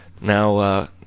now